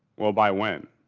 well, by when?